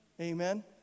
Amen